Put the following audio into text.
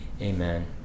Amen